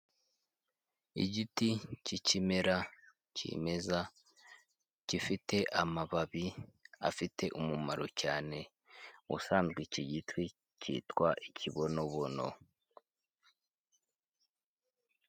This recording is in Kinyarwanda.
Igiti cy'ikimera kimeza gifite amababi afite umumaro cyane. Ubusanzwe iki giti cyitwa ikibonobono.